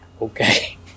okay